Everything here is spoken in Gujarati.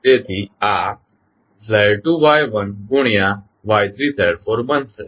તેથી આ Z2 Y1 ગુણ્યા Y3 Z4 બનશે